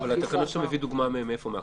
מאיפה התקנות שהוא מביא דוגמה מהן?